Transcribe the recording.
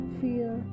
fear